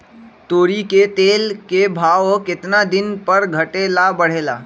तोरी के तेल के भाव केतना दिन पर घटे ला बढ़े ला?